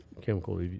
chemical